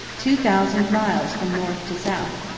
two thousand miles from north to south.